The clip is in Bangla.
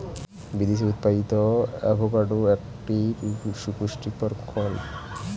বিদেশে উৎপাদিত অ্যাভোকাডো একটি সুপুষ্টিকর ফল